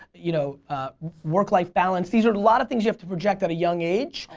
you know work-life balance, these are a lot of things you have to project at a young age.